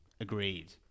Agreed